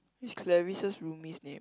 which Clarice's roomie's name